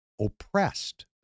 oppressed